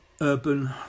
urban